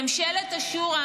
ממשלת השורא,